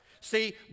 See